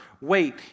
wait